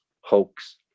hoax